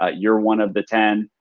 ah you're one of the ten.